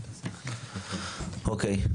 אוקיי.